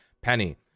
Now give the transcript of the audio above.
penny